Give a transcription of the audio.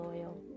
Loyal